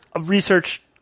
research